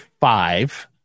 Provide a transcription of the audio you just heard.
five